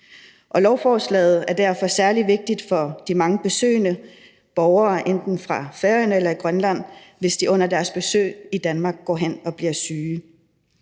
Lovforslaget er derfor særlig vigtigt for de mange besøgende borgere fra enten Færøerne eller Grønland, hvis de under deres besøg i Danmark går hen og bliver syge.